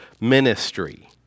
ministry